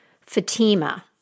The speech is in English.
Fatima